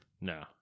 No